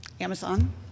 Amazon